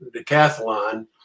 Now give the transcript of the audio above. decathlon